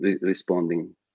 responding